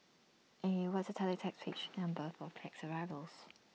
eh what's the teletext page number for planes arrivals